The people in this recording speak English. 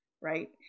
right